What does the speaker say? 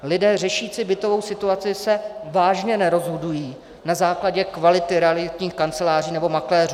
Lidé řešící bytovou situaci se vážně nerozhodují na základě kvality realitních kanceláří nebo makléřů.